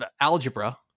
Algebra